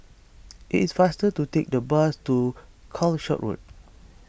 it is faster to take the bus to Calshot Road